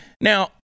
Now